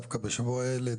דווקא בשבוע הילד,